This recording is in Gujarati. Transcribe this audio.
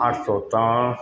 આઠસો ત્રણ